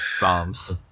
Bombs